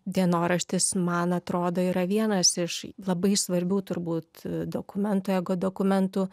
dienoraštis man atrodo yra vienas iš labai svarbių turbūt dokumentų egodokumentų